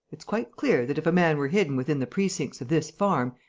it's quite clear, that if a man were hidden within the precincts of this farm,